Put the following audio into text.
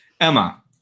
Emma